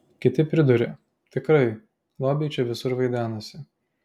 kiti priduria tikrai lobiai čia visur vaidenasi